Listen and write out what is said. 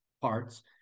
parts